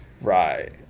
Right